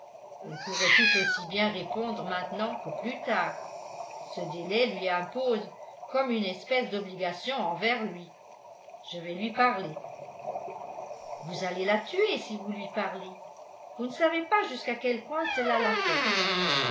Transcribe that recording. elle pourrait tout aussi bien répondre maintenant que plus tard ce délai lui impose comme une espèce d'obligation envers lui je vais lui parler vous allez la tuer si vous lui parlez vous ne savez pas jusqu'à quel point cela l'affecte